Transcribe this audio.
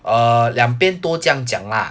uh 两边都这样讲啦